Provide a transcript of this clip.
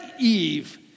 Eve